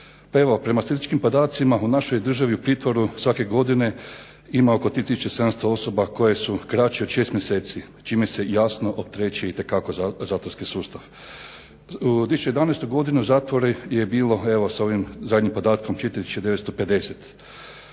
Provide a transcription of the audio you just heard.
statističkim podacima u našoj državi u pritvoru svake godine ima oko 3700 osoba koje su kraće od 6 mjeseci, čime se jasno opterećuje itekako zatvorski sustav. U 2011. godini u zatvoru je bilo, evo s ovim zadnjim podatkom, 4950.